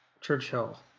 Churchill